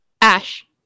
Ash